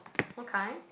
okay